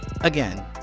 again